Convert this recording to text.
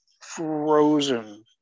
frozen